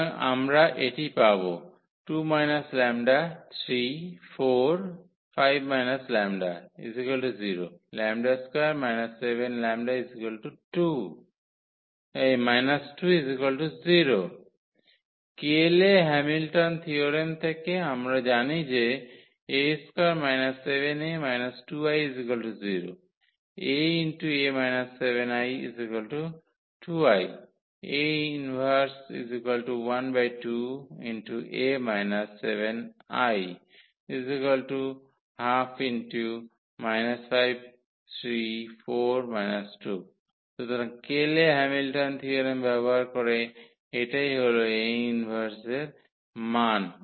সুতরাং আমরা এটি পাব কেলে হ্যামিল্টন থিয়োরেম থেকে আমরা জানি যে সুতরাং কেলে হ্যামিল্টন থিয়োরেম ব্যবহার করে এটাই হল A ইনভার্সের মান